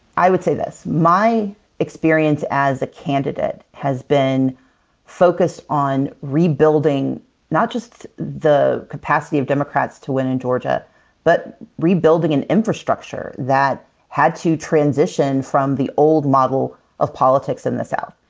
i would say this. my experience as a candidate has been focused on rebuilding not just the capacity of democrats to win in georgia but rebuilding an infrastructure that had to transition from the old model of politics in the south.